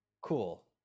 Cool